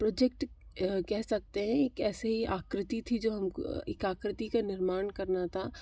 project कह सकते हैं एक ऐसी ही आकृति थी जो हम एक आकृति के निर्माण करना था